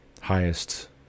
highest